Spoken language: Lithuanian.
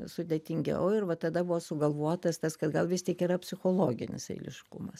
sudėtingiau ir va tada buvo sugalvotas tas kad gal vis tik yra psichologinis eiliškumas